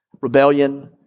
Rebellion